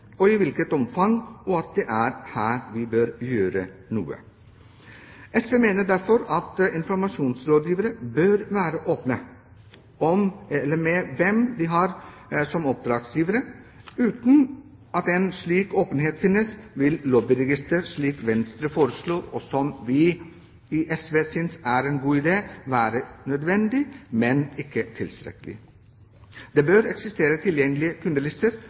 og i hvilket omfang, og at det er her vi bør gjøre noe. SV mener derfor at informasjonsrådgivere bør være åpne om hvem de har som oppdragsgivere. Uten en slik åpenhet vil et slikt lobbyregister som Venstre foreslår – og som vi i SV synes er en god idé – være nødvendig, men ikke tilstrekkelig. Det bør eksistere tilgjengelige kundelister